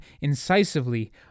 incisively